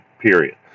period